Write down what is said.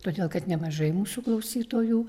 todėl kad nemažai mūsų klausytojų